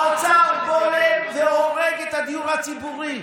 האוצר בולם והורג את הדיור הציבורי.